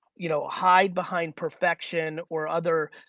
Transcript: you know hide behind perfection or other